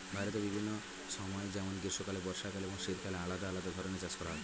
ভারতের বিভিন্ন সময় যেমন গ্রীষ্মকালে, বর্ষাকালে এবং শীতকালে আলাদা আলাদা ধরনের চাষ হয়